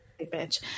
Bitch